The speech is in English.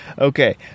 Okay